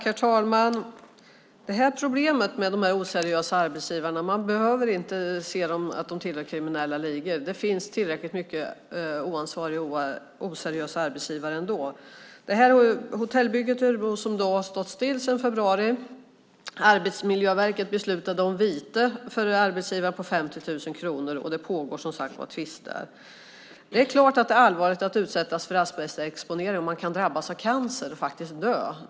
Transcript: Herr talman! Det finns problem med oseriösa arbetsgivare, men de behöver inte tillhöra kriminella ligor. Det finns tillräckligt många oansvariga och oseriösa arbetsgivare ändå. Hotellbygget i Örebro har stått stilla sedan februari. Arbetsmiljöverket beslutade om vite på 50 000 kronor för arbetsgivaren, och det pågår som sagt var tvister. Det är klart att det är allvarligt att utsättas för asbestexponering. Man kan drabbas av cancer och faktiskt dö.